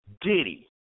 Diddy